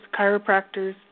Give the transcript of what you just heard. chiropractors